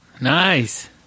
nice